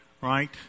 Right